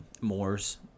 Moors